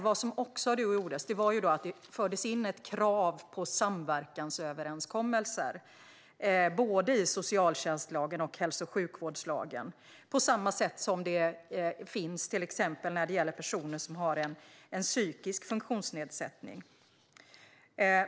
Vad som också gjordes var dock att det fördes in ett krav på samverkansöverenskommelser, både i socialtjänstlagen och i hälso och sjukvårdslagen, av den typ som finns när det gäller till exempel personer som har en psykisk funktionsnedsättning.